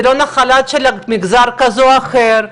זה לא נחלה של מגזר כזה או אחר.